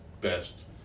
best